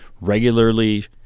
regularly